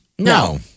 No